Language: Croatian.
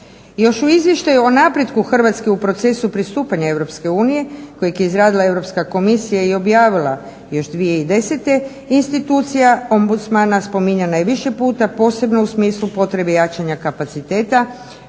Još u izvještaju o napretku Hrvatske u procesu pristupanja Europske unije kojeg je izradila Europska komisija i objavila još 2010. institucija ombudsmana spominjana je više puta posebno u smislu potrebe jačanja kapaciteta,